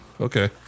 okay